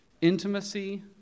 intimacy